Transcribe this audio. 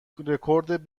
رکورد